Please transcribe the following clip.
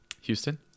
Houston